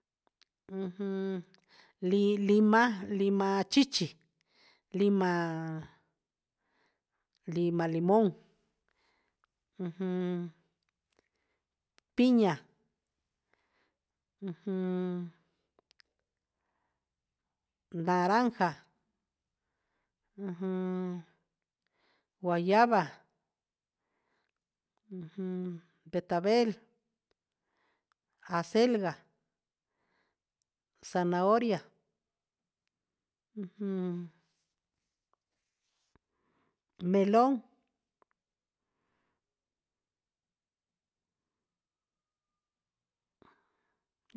Lima lima chichi lima lim pia ujun naranja jan guayaba ujun betabel acelga zanahoria meln.